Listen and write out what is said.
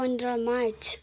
पन्ध्र मार्च